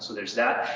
so there is that.